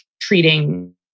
Treating